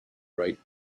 right